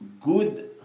good